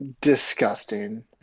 Disgusting